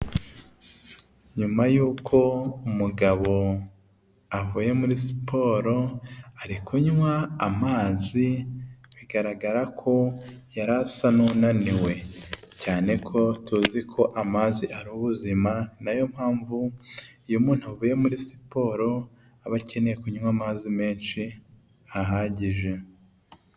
Nyuma y'uko umugabo avuye muri siporo, ari kunywa amazi, bigaragara ko yari asa n'unaniwe. Cyane ko tuzi ko amazi ari ubuzima, ni na yo mpamvu iyo umuntu avuye muri siporo, aba akeneye kunywa amazi menshi ahagije.